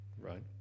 Right